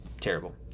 terrible